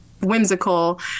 whimsical